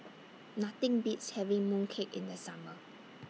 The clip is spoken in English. Nothing Beats having Mooncake in The Summer